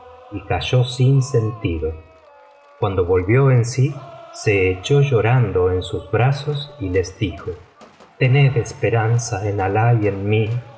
y cayó sin sentido cuando volvió en sí se echó llorando en sus brazos y les dijo tened esperanza en alah y en mí